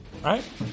Right